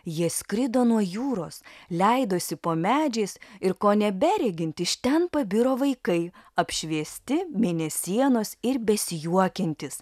jie skrido nuo jūros leidosi po medžiais ir kone beregint iš ten pabiro vaikai apšviesti mėnesienos ir besijuokiantys